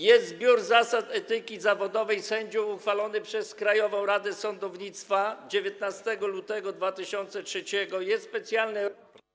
Jest zbiór zasad etyki zawodowej sędziów uchwalony przez Krajową Radę Sądownictwa 19 lutego 2003 r., jest specjalne.